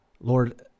Lord